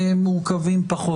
מורכבים.